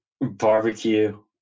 Barbecue